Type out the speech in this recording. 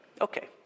okay